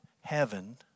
heaven